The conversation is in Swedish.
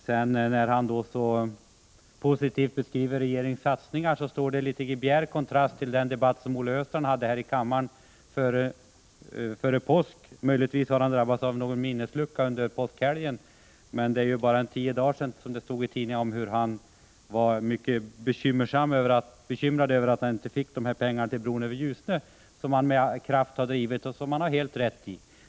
Olle Östrands positiva beskrivning av regeringens satsningar står i bjärt kontrast till den debatt Olle Östrand förde här i kammaren före påsk. Möjligtvis har han drabbats av en minneslucka under påskhelgen. Det är bara tio dagar sedan det stod i tidningarna att han var mycket bekymrad över att han inte fick pengar till bron över Ljusnan, som han med kraft — och med rätta — har agerat för.